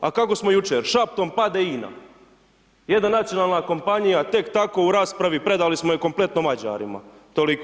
A kako smo jučer, šaptom pade INA, jedna nacionalna kompanija, tek tako u raspravi, predali smo ju kompletno Mađarima, toliko.